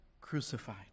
crucified